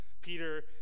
Peter